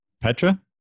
Petra